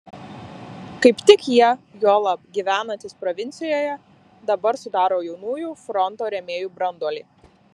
kaip tik jie juolab gyvenantys provincijoje dabar sudaro jaunųjų fronto rėmėjų branduolį